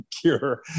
cure